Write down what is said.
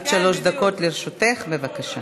עד שלוש דקות לרשותך, בבקשה.